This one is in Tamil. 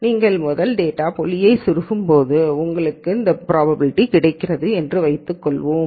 நீங்கள் முதல் டேட்டா புள்ளியைச் செருகும்போது உங்களுக்கு இந்த ப்ராபபிலிட்டி கிடைக்கிறது என்று வைத்துக்கொள்வோம்